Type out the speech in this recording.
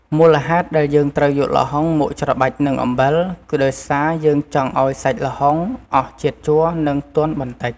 មូលហេតុដែលយើងត្រូវយកល្ហុងមកច្របាច់នឹងអំបិល គឺដោយសារយើងចង់ឱ្យសាច់ល្ហុងអស់ជាតិជ័រ និងទន់បន្តិច។